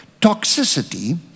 Toxicity